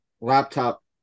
laptop